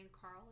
carl